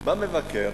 בא מבקר,